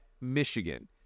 Michigan